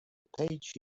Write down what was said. page